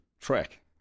track